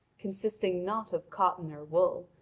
consisting not of cotton or wool,